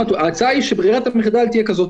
ההצעה היא שברירת המחדל תהיה כזאת,